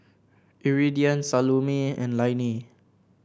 Iridian Salome and Lainey